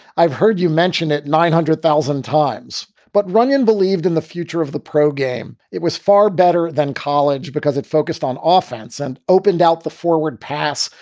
i've heard you mention it nine hundred thousand times. but runyon believed in the future of the pro game. it was far better than college because it focused on offense and opened out the forward pass.